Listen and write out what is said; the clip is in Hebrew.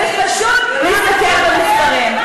צריך פשוט להסתכל במספרים.